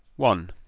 one.